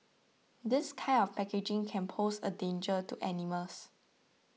this kind of packaging can pose a danger to animals